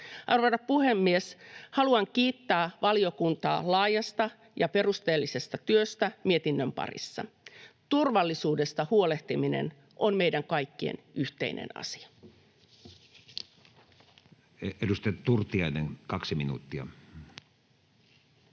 Arvoisa puhemies! Haluan kiittää valiokuntaa laajasta ja perusteellisesta työstä mietinnön parissa. Turvallisuudesta huolehtiminen on meidän kaikkien yhteinen asia. Edustaja Turtiainen, kaksi minuuttia.